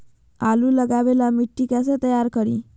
आलु लगावे ला मिट्टी कैसे तैयार करी?